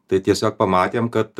tai tiesiog pamatėm kad